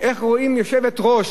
איך רואים יושבת-ראש.